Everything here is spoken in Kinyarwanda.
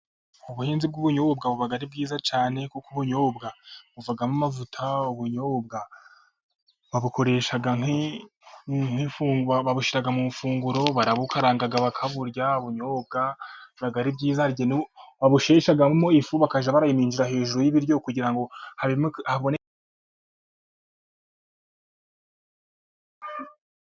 Ubuhinzi bw'ubunyobwa buba ari bwiza cyane, kuko ubunyobwa buvamo amavuta. Ubunyobwa babushyira mu mafunguro, barabukaranga bakaburya, ubunyobwa buba ari bwiza, hari igihe babushigishamo ifu bakajya bayiminjiza hejuru y'ibiryo kugira ngo haboneke...